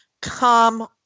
come